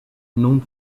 non